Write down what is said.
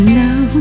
now